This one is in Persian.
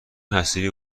حصیری